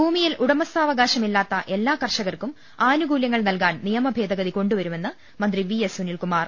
ഭൂമിയിൽ ഉടമസ്ഥാവകാശ്യ ഇല്ലാത്ത എല്ലാ കർഷകർക്കും ആനുകൂല്യങ്ങൾ നൽകാൻ നിയമഭേദഗതി കൊണ്ടുവരു മെന്ന് മന്ത്രി വി എസ് സുനിൽകുമാർ